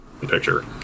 picture